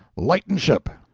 lighten ship!